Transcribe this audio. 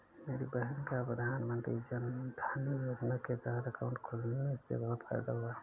मेरी बहन का प्रधानमंत्री जनधन योजना के तहत अकाउंट खुलने से बहुत फायदा हुआ है